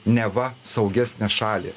neva saugesnę šalį